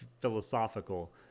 philosophical